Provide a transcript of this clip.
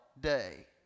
day